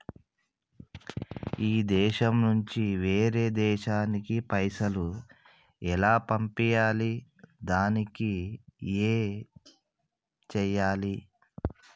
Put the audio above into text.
ఈ దేశం నుంచి వేరొక దేశానికి పైసలు ఎలా పంపియ్యాలి? దానికి ఏం చేయాలి?